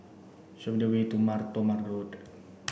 show me the way to Mar Thoma Road